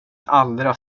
allra